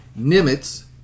nimitz